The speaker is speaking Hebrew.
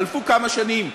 חלפו כמה שנים,